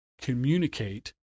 Communicate